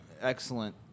excellent